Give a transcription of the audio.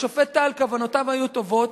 השופט טל, כוונותיו היו טובות,